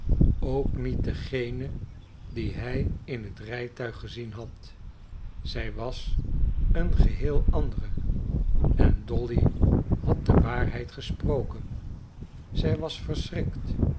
ook niet degene die hij in het rijtuig gezien had zij was een geheel andere en dolly had de waarheid gesproken zij was